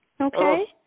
okay